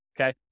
Okay